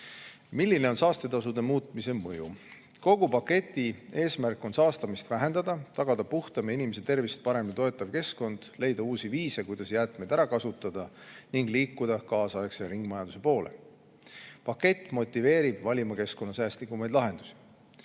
Milline on saastetasude muutmise mõju? Kogu paketi eesmärk on saastamist vähendada, tagada puhtam ja inimese tervist paremini toetav keskkond, leida uusi viise, kuidas jäätmeid ära kasutada ning liikuda kaasaegse ringmajanduse poole. Pakett motiveerib valima keskkonnasäästlikumaid lahendusi.